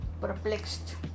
perplexed